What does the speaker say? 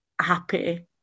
happy